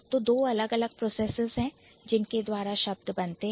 तो दो अलग अलग प्रोसेसेस है जिनके द्वारा शब्द बनते हैं